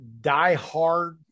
diehard